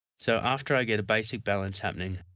so, after i get a basic balance happening,